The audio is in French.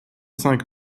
cinq